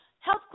Health